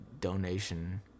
donation